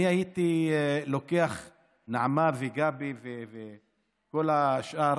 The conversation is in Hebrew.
נעמה וגבי וכל השאר,